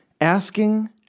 asking